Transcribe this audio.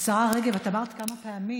השרה רגב, את אמרת כמה פעמים